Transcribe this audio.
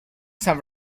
san